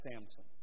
Samson